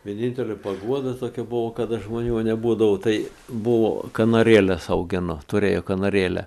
vienintelė paguoda tokia buvo kada žmonių nebūdavo tai buvo kanarėles augino turėjo kanarėlę